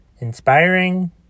Inspiring